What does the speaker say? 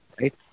right